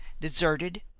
deserted